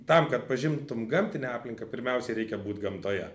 tam kad pažintum gamtinę aplinką pirmiausiai reikia būt gamtoje